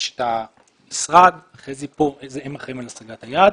יש את המשרד, חזי כאן, הם אחראים על השגת היעד.